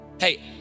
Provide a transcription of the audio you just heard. Hey